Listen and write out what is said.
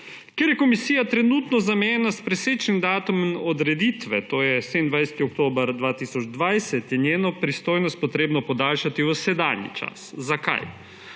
Ker je komisija trenutno zamejena s presečnim datumom odreditve, to je 27. oktober 2020, je njeno pristojnost potrebno podaljšati v sedanji čas. Zakaj?